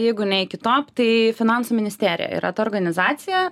jeigu ne iki top tai finansų ministerija yra ta organizacija